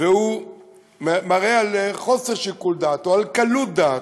והוא מראה על חוסר שיקול דעת, או על קלות דעת,